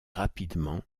rapidement